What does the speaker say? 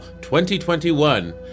2021